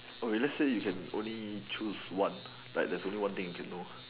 okay lets say you can only choose one like there is only one thing you can know